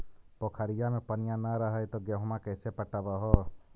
पोखरिया मे पनिया न रह है तो गेहुमा कैसे पटअब हो?